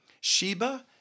Sheba